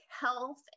health